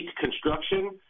construction